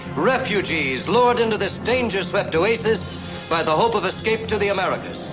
refugees lured into this danger swept oasis by the hope of escape to the americas